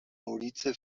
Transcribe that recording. ulicy